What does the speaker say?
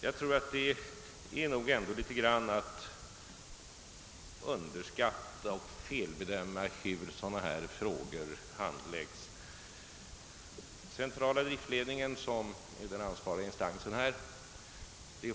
Detta innebär nog ändå en underskattning och en felbedömning av hur frågor som dessa handläggs. Det är centrala driftledningen som är den ansvariga instansen.